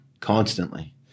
constantly